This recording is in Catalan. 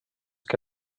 que